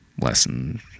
lesson